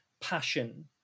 passion